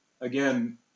again